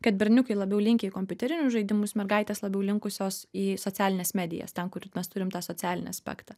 kad berniukai labiau linkę į kompiuterinius žaidimus mergaitės labiau linkusios į socialines medijas ten kur mes turim tą socialinį aspektą